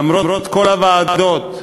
למרות כל הוועדות,